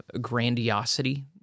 grandiosity